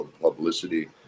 publicity